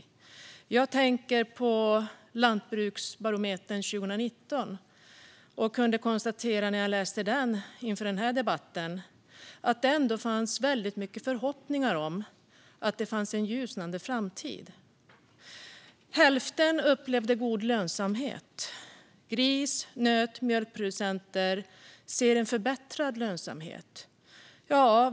När jag läste Lantbruksbarometern 2019 inför den här debatten kunde jag konstatera att det ändå fanns väldigt mycket förhoppningar om en ljusnande framtid. Hälften upplevde god lönsamhet. Gris, nöt och mjölkproducenter såg förbättrad lönsamhet.